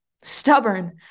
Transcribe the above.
stubborn